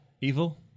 evil